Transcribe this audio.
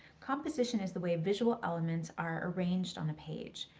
composition is the way visual elements are arranged on a page.